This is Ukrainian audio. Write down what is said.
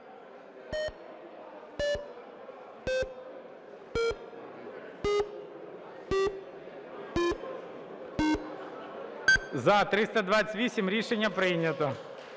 За-328 Рішення прийнято.